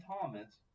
Thomas